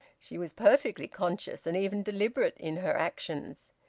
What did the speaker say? she was perfectly conscious and even deliberate in her actions.